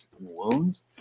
wounds